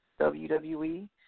WWE